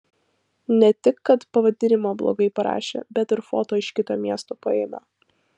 ne tik kad pavadinimą blogai parašė bet ir foto iš kito miesto paėmė